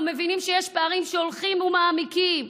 אנחנו מבינים שיש פערים שהולכים ומעמיקים.